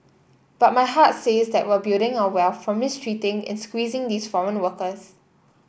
but my heart says that we're building our wealth from mistreating and squeezing these foreign workers